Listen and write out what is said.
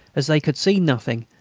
as they could see nothing,